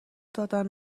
دادن